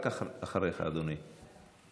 רק אחריך, אדוני.